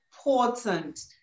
important